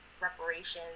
reparations